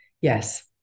yes